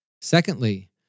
Secondly